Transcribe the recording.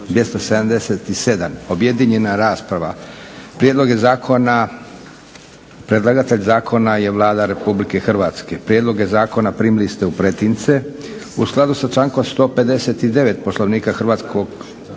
277 Objedinjena rasprava. Predlagatelj zakona je Vlada RH. Prijedloge zakona primili ste u pretince. U skladu sa člankom 159. Poslovnika Hrvatskog sabora